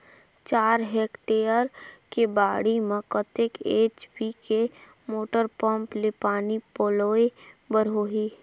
चार हेक्टेयर के बाड़ी म कतेक एच.पी के मोटर पम्म ले पानी पलोय बर होही?